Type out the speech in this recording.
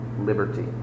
liberty